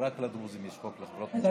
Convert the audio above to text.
רק לדרוזים יש חוק לחברות ממשלתיות.